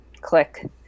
click